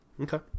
Okay